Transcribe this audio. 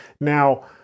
Now